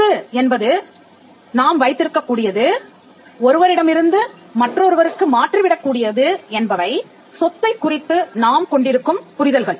சொத்து என்பது நாம் வைத்திருக்கக் கூடியது ஒருவரிடமிருந்து மற்றொருவருக்கு மாற்றி விடக் கூடியது என்பவை சொத்தைக் குறித்து நாம் கொண்டிருக்கும் புரிதல்கள்